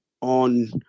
on